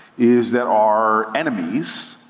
is that our enemies,